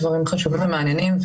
דברים חשובים ומעניינים.